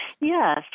Yes